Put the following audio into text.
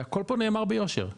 והכל פה נאמר ביושר,